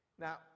Now